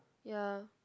ya